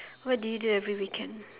what do you do every weekend